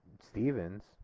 Stevens